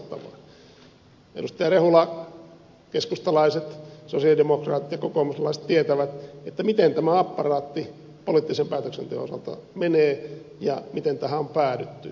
edustaja rehula keskustalaiset sosialidemokraatit ja kokoomuslaiset tietävät miten tämä apparaatti poliittisen päätöksenteon osalta menee ja miten tähän on päädytty